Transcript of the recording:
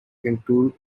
into